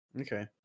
Okay